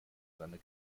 seiner